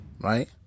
right